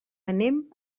anem